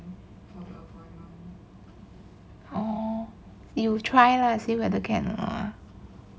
oh you try lah see whether can or not